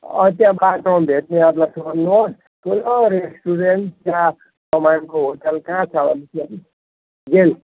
त्यहाँ बाटोमा भेट्नेहरूलाई सोध्नुहोस् ठुलो रेस्टुरेन्ट त्यहाँ तपाईँको होटल कहाँ छ गेल